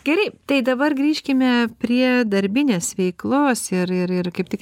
gerai tai dabar grįžkime prie darbinės veiklos ir ir ir kaip tik